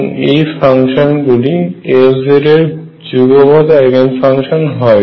এবং এই ফাংশন গুলি Lz এর যুগপৎ আইগেন ফাংশন হয়